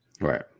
Right